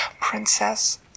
Princess